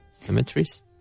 cemeteries